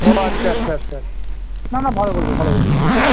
ও আচ্ছা আচ্ছা আচ্ছা না না ভালো করেছো ভালো করেছো ভালো করেছো